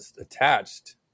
attached